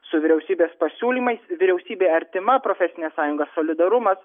su vyriausybės pasiūlymais vyriausybei artima profesinė sąjunga solidarumas